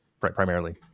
primarily